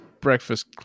breakfast